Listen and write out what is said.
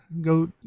Go